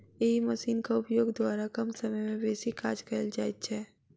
एहि मशीनक उपयोग द्वारा कम समय मे बेसी काज कयल जाइत छै